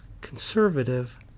conservative